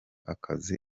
akazi